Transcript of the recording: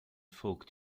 folk